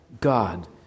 God